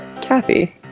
Kathy